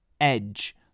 edge